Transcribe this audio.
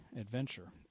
adventure